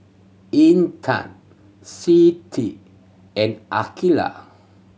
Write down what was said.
Intan Siti and Aqilah